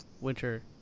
winter